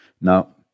Now